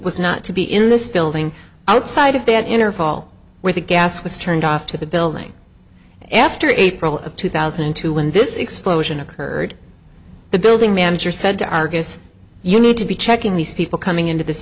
was not to be in this building outside of that interval where the gas was turned off to the building after april of two thousand and two when this explosion occurred the building manager said to argus you need to be checking these people coming into this